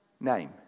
name